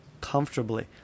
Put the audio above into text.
comfortably